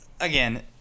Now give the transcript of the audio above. again